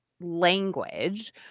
language